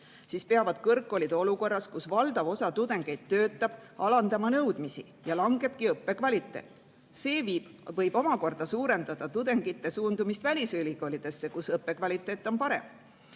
siis peavad kõrgkoolid olukorras, kus valdav osa tudengeid töötab, alandama nõudmisi, ja õppekvaliteet langebki. See võib omakorda suurendada tudengite suundumist välisülikoolidesse, kus õppekvaliteet on parem.